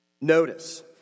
Notice